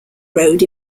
road